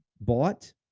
bought